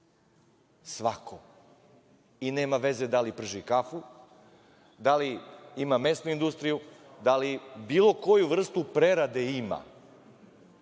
Svako i nema veze da li prži kafu, da li ima mesnu industriju, da li bilo koju vrstu prerade ima. Ne